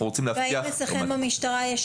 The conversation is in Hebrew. אנחנו רוצים להבטיח --- האם אצלכם במשטרה יש